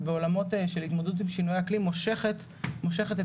ובעולמות של התמודדות עם שינויי אקלים מושכת את